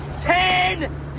Ten